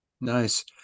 nice